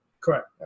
Correct